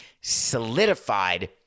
solidified